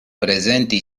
prezenti